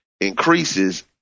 increases